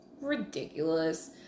ridiculous